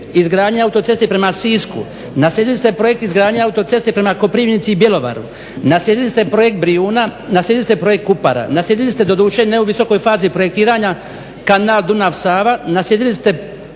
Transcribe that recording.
izgradnje autoceste prema Sisku, naslijedili ste projekt izgradnje autoceste prema Koprivnici i Bjelovaru, naslijedili ste projekt Brijuna, naslijedili ste projekt Kupara, naslijedili ste doduše ne u visokoj fazi projektiranja kanal Dunav-Sava, naslijedili ste